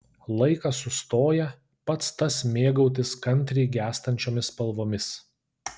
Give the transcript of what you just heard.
laikas sustoja pats tas mėgautis kantriai gęstančiomis spalvomis